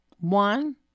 One